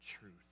truth